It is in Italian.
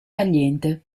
tagliente